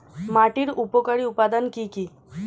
মাটির উপকারী উপাদান কি কি?